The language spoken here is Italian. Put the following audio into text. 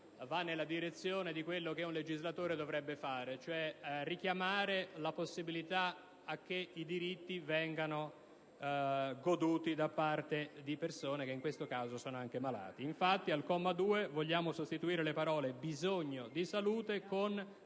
va nella direzione di quello che un legislatore dovrebbe fare, cioè richiamare la possibilità che i diritti vengano goduti da persone che in questo caso sono anche malate. Infatti, al comma 2, si chiede di sostituire le parole «bisogno di salute» con